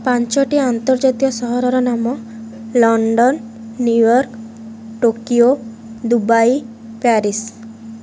ପାଞ୍ଚଟି ଆନ୍ତର୍ଜାତୀୟ ସହରର ନାମ London New York Tokyo Dubai Paris